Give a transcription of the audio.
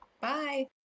Bye